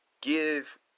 give